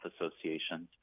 associations